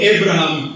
Abraham